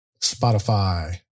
Spotify